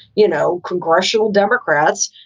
you know. crushable democrats,